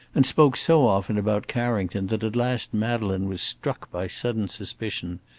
and spoke so often about carrington that at last madeleine was struck by sudden suspicion,